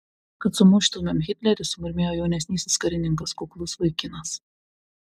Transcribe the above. kad sumuštumėm hitlerį sumurmėjo jaunesnysis karininkas kuklus vaikinas